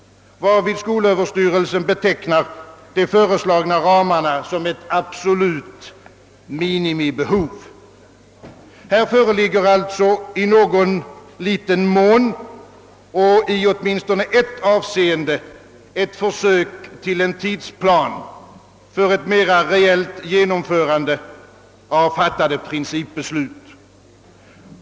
Skolöverstyrelsen betecknar de föreslagna ramarna som ett absolut minimibehov. Här föreligger alltså i någon liten mån och i åtminstone ett avseende ett försök till en tidsplan för ett mer reellt genomförande av fattade principbeslut.